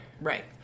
right